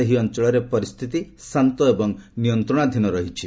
ସେହି ଅଞ୍ଚଳରେ ପରିସ୍ଥିତି ଶାନ୍ତ ଏବଂ ନିୟନ୍ତ୍ରଣାଧୀନ ରହିଛି